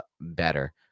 better